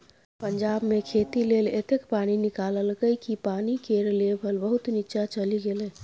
पंजाब मे खेती लेल एतेक पानि निकाललकै कि पानि केर लेभल बहुत नीच्चाँ चलि गेलै